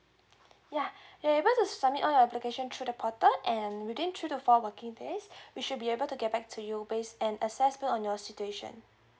yeah you'll be able to submit all the application through the portal and within through the four working days we should be able to get back to your base and access you on your situation